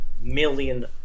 million